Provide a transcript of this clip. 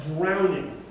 drowning